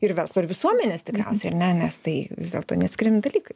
ir verslo ir visuomenės tikriausiai ar ne nes tai vis dėlto neatskiriami dalykai